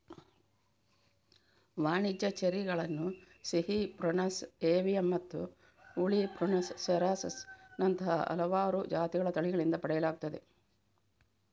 ವಾಣಿಜ್ಯ ಚೆರ್ರಿಗಳನ್ನು ಸಿಹಿ ಪ್ರುನಸ್ ಏವಿಯಮ್ಮತ್ತು ಹುಳಿ ಪ್ರುನಸ್ ಸೆರಾಸಸ್ ನಂತಹ ಹಲವಾರು ಜಾತಿಗಳ ತಳಿಗಳಿಂದ ಪಡೆಯಲಾಗುತ್ತದೆ